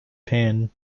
pain